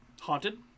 Haunted